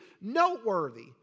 noteworthy